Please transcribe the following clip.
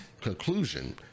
conclusion